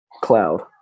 cloud